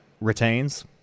retains